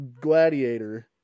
Gladiator